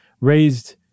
raised